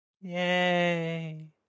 yay